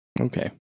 Okay